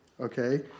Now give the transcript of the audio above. okay